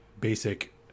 basic